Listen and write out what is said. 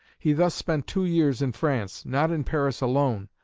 he thus spent two years in france, not in paris alone,